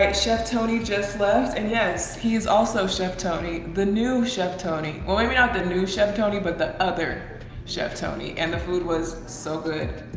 ah chef tony just left and yes, he is also chef tony, the new chef tony. well maybe i mean not the new chef tony, but the other chef tony and the food was so good.